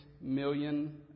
million